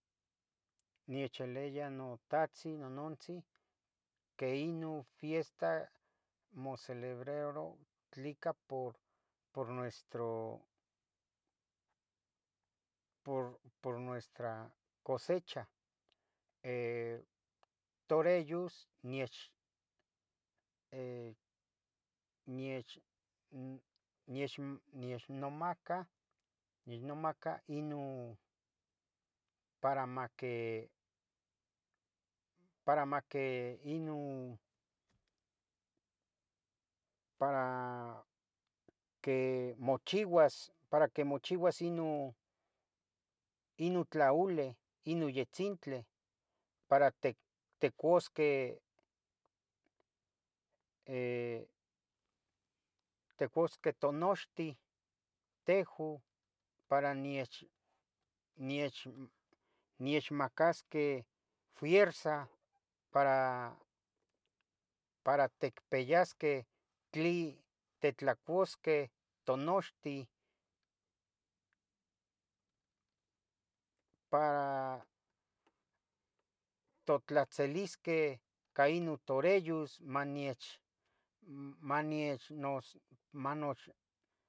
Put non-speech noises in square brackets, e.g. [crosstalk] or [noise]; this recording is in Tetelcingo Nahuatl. necheleya notahtzin nonontzin mocilibraro tleca por nuestra cosecha [hesitation] tureyos nichnomaca nichnomaca Inon para maque inon para que mochiuas non tlaole inon yetzintli para ticusqueh [hesitation] ticusqueh tonochtin teju para niechmacasqueh fierza para tecpiyasqueh tlin titlucosqueh tonochtin para totlatzelisqueh ica inon toreyos maniech maniech [hesitation] manoch